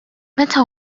meta